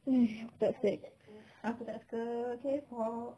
what's that aku tak suka K pop